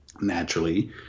naturally